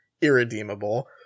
irredeemable